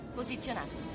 posizionato